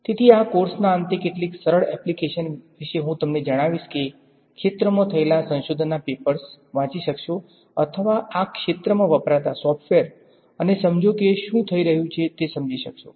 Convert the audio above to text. તેથી આ કોર્સના અંતે કેટલીક સરળ એપ્લીકેશન્સ વિશે હું તમને જણાવીશ કે ક્ષેત્રમા થયેલ સંશોધનના પેપર્સ વાંચી શકશો અથવા આ ક્ષેત્રમાં વપરાતા સોફ્ટવેર અને સમજો કે શું થઈ રહ્યું છે તે સમજી શકશો